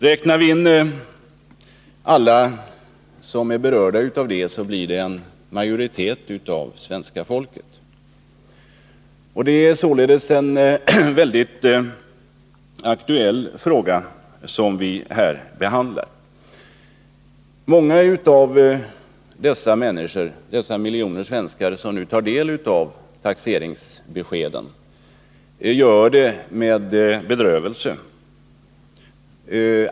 Det är således en mycket aktuell fråga som vi behandlar. Räknar vi in alla som är berörda härav, blir det en majoritet av svenska folket. Många av de miljoner svenskar som nu tar del av taxeringsbeskeden gör det med bedrövelse.